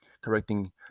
correcting